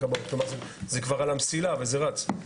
כלומר זה כבר על המסילה, וזה רץ.